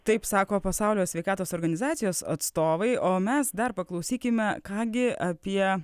taip sako pasaulio sveikatos organizacijos atstovai o mes dar paklausykime ką gi apie